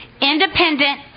independent